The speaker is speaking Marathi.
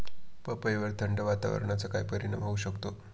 पपईवर थंड वातावरणाचा काय परिणाम होऊ शकतो?